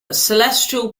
celestial